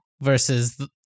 versus